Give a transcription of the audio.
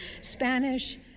Spanish